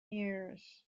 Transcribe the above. years